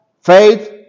faith